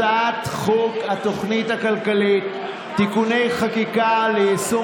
הצעת חוק התוכנית הכלכלית (תיקוני חקיקה ליישום